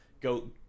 go